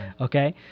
Okay